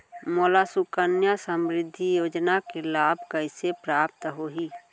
मोला सुकन्या समृद्धि योजना के लाभ कइसे प्राप्त होही?